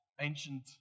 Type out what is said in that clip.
ancient